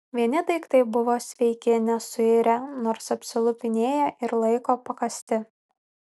vieni daiktai buvo sveiki nesuirę nors apsilupinėję ir laiko pakąsti